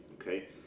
okay